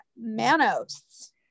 manos